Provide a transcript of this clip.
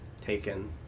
taken